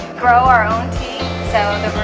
grow our own so